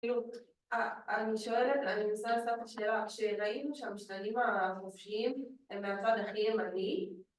‫אני שואלת, אני רוצה לשאול את השאלה, ‫כשראינו שהמשתנים החופשיים ‫הם מהצד הכי ימני.